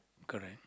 correct